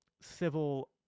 civil